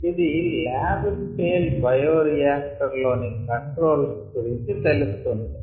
ఇది lab scale bioreactor లోని controls గురించి తెలుపుతుంది